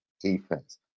defense